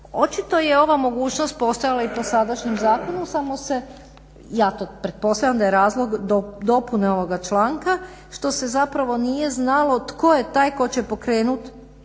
Očito je ova mogućnost postojala i po sadašnjem zakonu samo se ja to pretpostavljam da je razlog dopune ovoga članka što se zapravo nije znalo tko je taj tko će pokrenuti